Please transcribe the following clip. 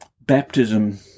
baptism